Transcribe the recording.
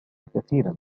كثيرا